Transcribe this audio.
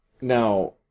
Now